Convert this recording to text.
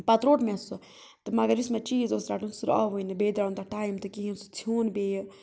پَتہٕ روٚٹ مےٚ سُہ تہٕ مگر یُس مےٚ چیٖز اوس رَٹُن سُہ آوٕے نہٕ بیٚیہِ درٛاو نہٕ تَتھ ٹایم تہٕ کِہیٖنۍ سُہ ژھیوٚن بیٚیہِ